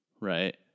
Right